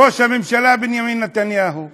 ראש הממשלה בנימין נתניהו.